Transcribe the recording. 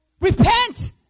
Repent